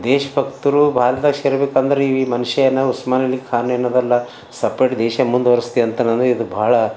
ದೇಶ ಭಕ್ತರು ಭಾರತ್ದಾಗ್ ಸೇರ್ಬೇಕಂದ್ರೆ ಈ ಮನುಷ್ಯ ಏನು ಉಸ್ಮಾನ್ ಅಲಿ ಖಾನ್ ಏನದಲ್ಲ ಸಪ್ರೇಟ್ ದೇಶ ಮುಂದುವರ್ಸ್ತೆ ಅಂತಾನ ಇದು ಭಾಳ